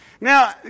Now